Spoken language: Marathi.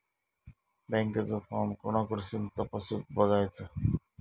बँकेचो फार्म कोणाकडसून तपासूच बगायचा?